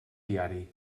diari